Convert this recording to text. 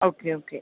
okay okay